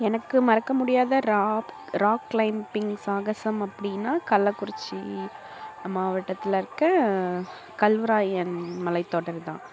எனக்கு மறக்க முடியாத ராக் ராக் கிளைம்பிங் சாகசம் அப்படின்னா கள்ளக்குறிச்சி மாவட்டத்தில் இருக்க கல்வராயன் மலை தொடர் தான்